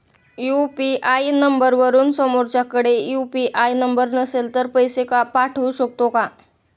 UPI नंबरवरून समोरच्याकडे UPI number नसेल तरी पैसे पाठवू शकते का?